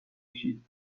میشید